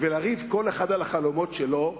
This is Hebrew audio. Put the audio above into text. ולריב כל אחד על החלומות שלו,